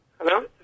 Hello